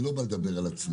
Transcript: אני לא בא לדבר על עצמי,